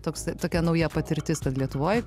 toks tokia nauja patirtis kad lietuvoj